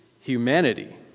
humanity